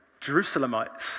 Jerusalemites